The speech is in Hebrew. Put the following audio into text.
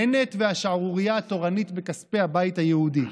בנט והשערורייה התורנית בכספי הבית היהודי,